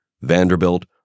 Vanderbilt